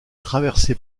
traversé